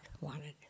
wanted